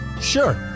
Sure